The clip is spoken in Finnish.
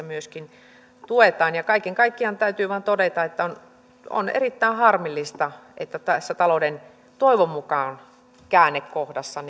myöskin kristillisdemokraateissa tuetaan kaiken kaikkiaan täytyy vain todeta että on on erittäin harmillista että tässä talouden toivon mukaan käännekohdassa